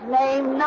name